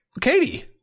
Katie